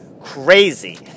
crazy